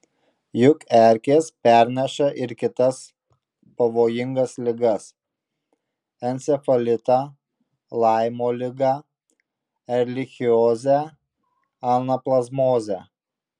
juk erkės perneša ir kitas pavojingas ligas encefalitą laimo ligą erlichiozę anaplazmozę